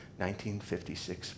1956